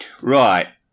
Right